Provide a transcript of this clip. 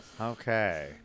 Okay